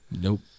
Nope